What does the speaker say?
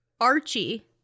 Archie